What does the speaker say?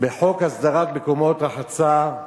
בחוק הסדרת מקומות רחצה,